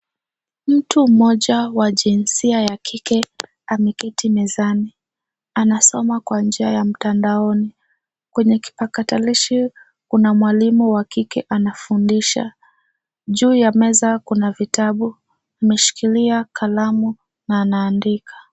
Mtu mmoja wa jinsia ya kike ameketi mezani. Anasoma kwa njia ya mtandaoni. Kwenye kipatakalishi kuna mwalimu wa kike anafundiha. Juu ya meza kuna vitabu. Ameshikilia kalamu na anaandika.